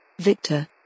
Victor